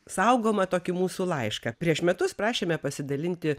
saugomą tokį mūsų laišką prieš metus prašėme pasidalinti